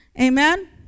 Amen